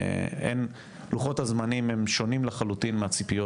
לוחות הזמנים הם שונים לחלוטין מהציפיות